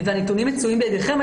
והנתונים מצויים בידיכם,